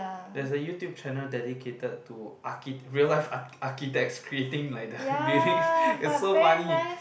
there's a YouTube channel dedicated to archi~ real life architects creating like the buildings it's so funny